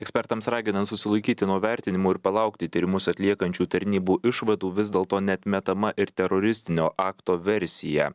ekspertams raginant susilaikyti nuo vertinimų ir palaukti tyrimus atliekančių tarnybų išvadų vis dėlto neatmetama ir teroristinio akto versija